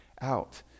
out